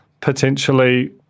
potentially